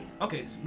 okay